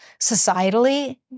societally